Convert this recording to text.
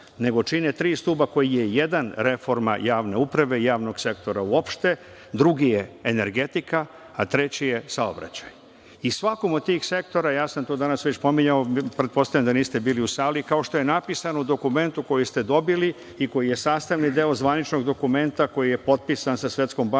nego čine tri stuba, od kojih je jedan reforma javne uprave i javnog sektora uopšte, drugi je energetika, a treći je saobraćaj. I svakom od tih sektora, ja sam to danas već pominjao, pretpostavljam da niste bili u sali, kao što je napisano u dokumentu koji ste dobili i koji je sastavni deo zvaničnog dokumenta koji je potpisan sa Svetskom bankom